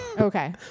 Okay